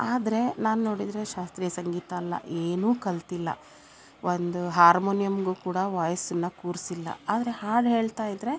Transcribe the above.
ಆದರೆ ನಾನು ನೋಡಿದರೆ ಶಾಸ್ತ್ರೀಯ ಸಂಗೀತ ಅಲ್ಲ ಏನು ಕಲ್ತಿಲ್ಲ ಒಂದು ಹಾರ್ಮೋನಿಯಮ್ಗು ಕೂಡ ವಾಯ್ಸನ್ನ ಕೂರಿಸಿಲ್ಲ ಆದರೆ ಹಾಡು ಹೇಳ್ತಾಯಿದ್ದರೆ